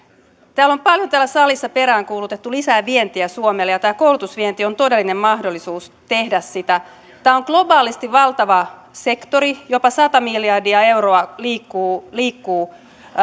täällä salissa on paljon peräänkuulutettu lisää vientiä suomelle ja tämä koulutusvienti on todellinen mahdollisuus tehdä sitä tämä on globaalisti valtava sektori jopa sata miljardia euroa liikkuu liikkuu